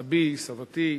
סבי, סבתי,